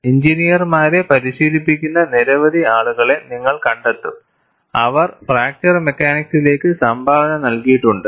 എഞ്ചിനീയർമാരെ പരിശീലിപ്പിക്കുന്ന നിരവധി ആളുകളെ നിങ്ങൾ കണ്ടെത്തും അവർ ഫ്രാക്ചർ മെക്കാനിക്സിലേക്ക് സംഭാവന നൽകിയിട്ടുണ്ട്